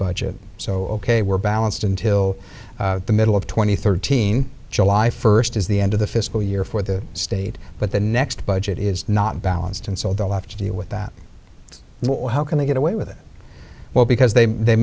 budget so ok we're balanced until the middle of two thousand and thirteen july first is the end of the fiscal year for the state but the next budget is not balanced and so they'll have to deal with that how can they get away with it well because they they